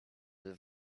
with